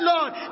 Lord